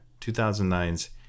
2009's